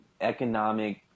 economic